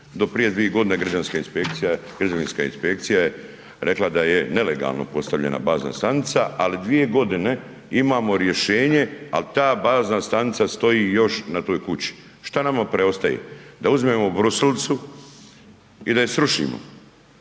inspekcija, građevinska inspekcija je rekla da je nelegalno postavljena bazna stanica, ali 2.g. imamo rješenje, al ta bazna stanica stoji još na toj kući. Šta nama preostaje? Da uzmemo brusilicu i da je srušimo